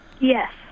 Yes